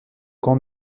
grand